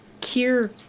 cure